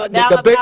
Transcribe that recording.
תודה רבה.